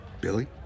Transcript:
Billy